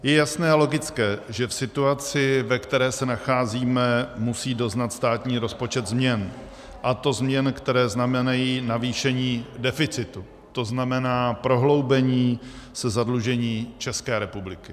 Je jasné a logické, že v situaci, ve které se nacházíme, musí doznat státní rozpočet změn, a to změn, které znamenají navýšení deficitu, tzn. prohloubení zadlužení České republiky.